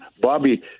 Bobby